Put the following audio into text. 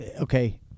okay